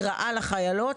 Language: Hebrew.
היא רעה לחיילות.